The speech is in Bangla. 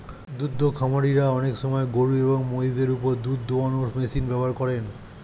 দুদ্ধ খামারিরা অনেক সময় গরুএবং মহিষদের ওপর দুধ দোহানোর মেশিন ব্যবহার করেন